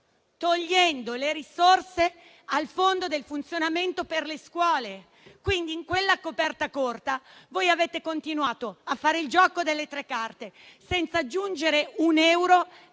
Togliendo le risorse al fondo del funzionamento per le scuole. Quindi, in quella coperta corta voi avete continuato a fare il gioco delle tre carte senza aggiungere un euro